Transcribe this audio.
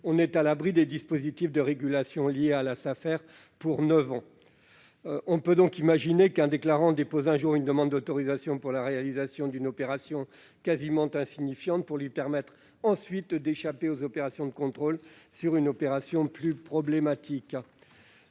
on est à l'abri des dispositifs de régulation confiés aux Safer pour neuf ans. On peut imaginer qu'un déclarant dépose un jour une demande d'autorisation pour la réalisation d'une opération quasi insignifiante pour échapper ensuite au contrôle sur une opération plus problématique.